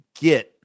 get